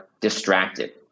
distracted